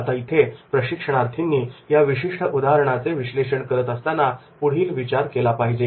आता इथे प्रशिक्षणार्थींनी या विशिष्ट उदाहरणाचे विश्लेषण करत असताना पुढील विचार केला पाहिजे